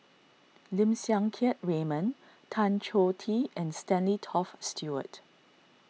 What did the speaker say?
Lim Siang Keat Raymond Tan Choh Tee and Stanley Toft Stewart